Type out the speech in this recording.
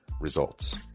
results